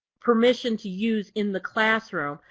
permission to use in the classroom.